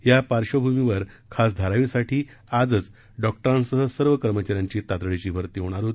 या पार्श्वभूमीवर खास धारावीसाठी आजच डॉक्टरांसह सर्व कर्मचाऱ्यांची तातडीची भरती होत आहे